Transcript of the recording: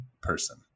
person